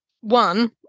one